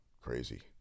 crazy